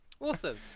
Awesome